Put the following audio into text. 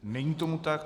Není tomu tak.